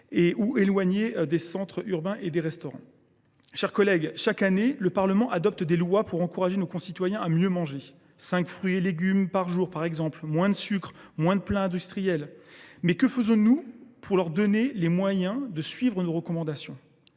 ou éloignées des centres urbains et des restaurants. Mes chers collègues, chaque année le Parlement adopte des lois pour encourager nos concitoyens à mieux manger, à consommer cinq fruits et légumes par jour, moins de sucre, moins de plats industriels, etc. Cependant, que faisons nous pour leur donner les moyens de suivre ces recommandations ?